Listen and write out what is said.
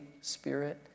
Spirit